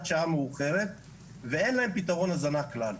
שעה מאוחרת ואין להם פתרון הזנה כלל.